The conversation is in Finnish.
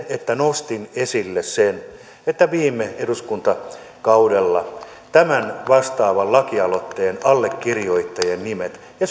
että nostin esille sen mitkä olivat viime eduskuntakaudella tämän vastaavan lakialoitteen allekirjoittajien nimet ja